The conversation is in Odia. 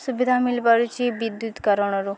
ସୁବିଧା ମିଳିପାରୁଛି ବିଦ୍ୟୁତ କାରଣରୁ